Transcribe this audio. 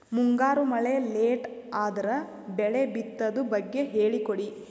ಮುಂಗಾರು ಮಳೆ ಲೇಟ್ ಅದರ ಬೆಳೆ ಬಿತದು ಬಗ್ಗೆ ಹೇಳಿ ಕೊಡಿ?